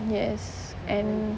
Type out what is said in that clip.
yes and